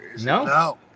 no